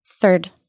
Third